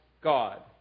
God